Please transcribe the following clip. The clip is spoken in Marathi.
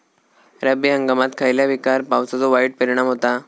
रब्बी हंगामात खयल्या पिकार पावसाचो वाईट परिणाम होता?